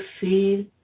feel